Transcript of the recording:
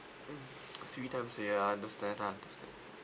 three times year I understand I understand